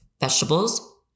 vegetables